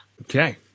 Okay